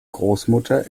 großmutter